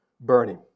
burning